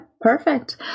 perfect